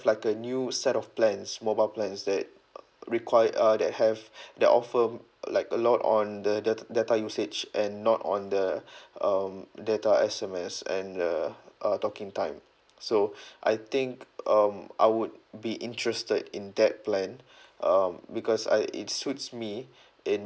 like a new set of plans mobile plans that uh require uh that have that offer mm like a lot on the the data usage and not on the um data S_M_S and the uh talking time so I think um I would be interested in that plan um because I it suits me in